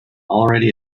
already